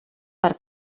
per